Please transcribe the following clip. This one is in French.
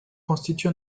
constitue